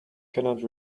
cannot